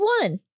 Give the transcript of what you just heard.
one